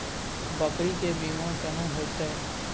बकरी के बीमा केना होइते?